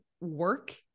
work